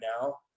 now